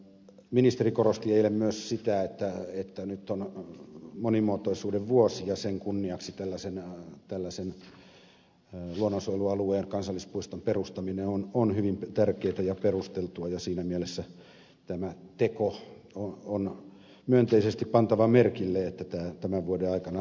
ministeri korosti eilen myös sitä että nyt on monimuotoisuuden vuosi ja sen kunniaksi tällaisen luonnonsuojelualueen kansallispuiston perustaminen on hyvin tärkeätä ja perusteltua ja siinä mielessä tämä teko on myönteisesti pantava merkille että tämä tämän vuoden aikana tapahtuu